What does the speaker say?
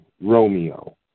Romeo